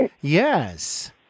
Yes